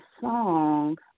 song